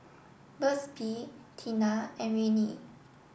Burt's Bee Tena and Rene